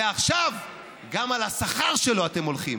ועכשיו גם על השכר שלו אתם הולכים.